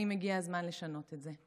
האם הגיע הזמן לשנות את זה?